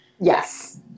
Yes